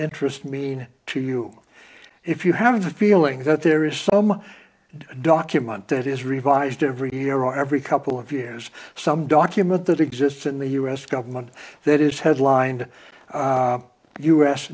interest mean to you if you have a feeling that there is some document that is revised every year or every couple of years some document that exists in the u s government that is headlined